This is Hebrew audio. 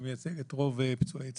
שמייצג את רוב פצועי צה"ל.